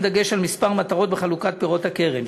דגש על כמה מטרות בחלוקת פירות הקרן.